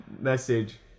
message